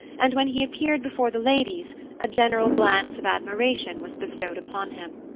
and when he appeared before the ladies a general glance of admiration was bestowed upon him.